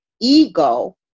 ego